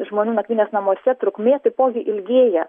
žmonių nakvynės namuose trukmė taipogi ilgėja